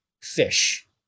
fish